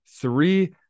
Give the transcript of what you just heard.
three